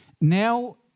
now